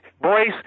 boys